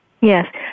Yes